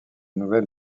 nouvelle